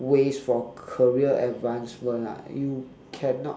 ways for career advancement lah you cannot